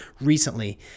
recently